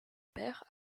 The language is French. père